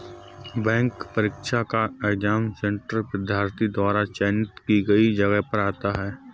bank परीक्षा का exam centre विद्यार्थी द्वारा चयनित की गई जगह पर आता है